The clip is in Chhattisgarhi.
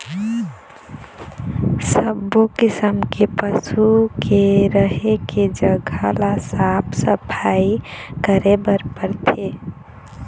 सब्बो किसम के पशु के रहें के जघा ल साफ सफई करे बर परथे